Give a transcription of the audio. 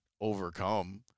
overcome